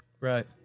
Right